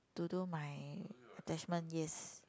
to do my attachment yes